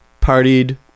partied